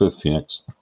Phoenix